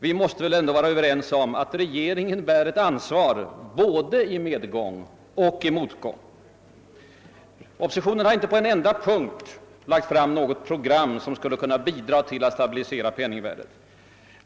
Vi måste väl ändå vara överens om att regeringen bär ett ansvar både i medgång och motgång. Oppositionen har inte på en enda punkt lagt fram något program som skulle kunna bidra till att stabilisera penningvärdet, säger statsministern.